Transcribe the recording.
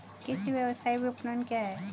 कृषि व्यवसाय विपणन क्या है?